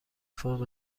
فرم